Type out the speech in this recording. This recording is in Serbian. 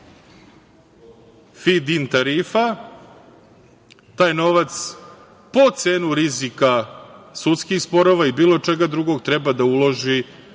fidin tarifa, taj novac po cenu rizika sudskih sporova ili bilo čega drugog treba da uloži